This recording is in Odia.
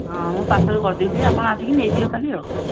ହଁ ମୁଁ ପାର୍ସଲ୍ କରିଦେଇଥିବି ଆପଣ ଆସିକି ନେଇ ଯିବେ ଖାଲି ଆଉ